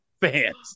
fans